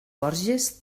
borges